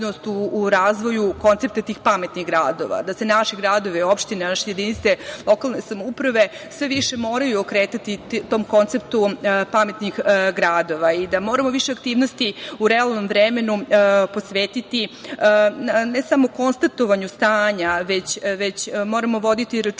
u razvoju koncepta tih pametnih gradova, da se naši gradovi, opštine, naše jedinice lokalne samouprave sve više moraju okretati tom konceptu pametnih gradova i da moramo više aktivnosti u realnom vremenu posveti ne samo konstatovanju stanja, već moramo voditi računa i